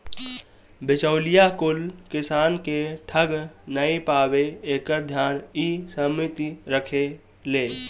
बिचौलिया कुल किसान के ठग नाइ पावे एकर ध्यान इ समिति रखेले